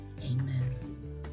Amen